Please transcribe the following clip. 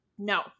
No